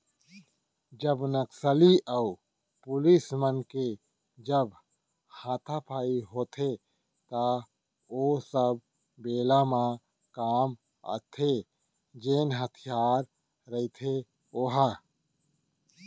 जब नक्सली अऊ पुलिस मन के जब हातापाई होथे त ओ सब बेरा म काम आथे जेन हथियार रहिथे ओहा